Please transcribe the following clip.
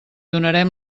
donarem